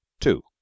two